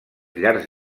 llars